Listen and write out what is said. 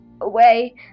away